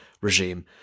regime